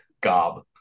gob